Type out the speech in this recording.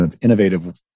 innovative